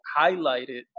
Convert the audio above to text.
highlighted